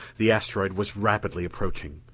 the asteroid was rapidly approaching.